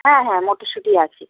হ্যাঁ হ্যাঁ মটরশুঁটি আছে